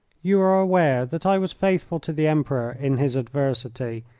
you are aware that i was faithful to the emperor in his adversity,